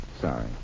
Sorry